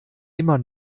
immer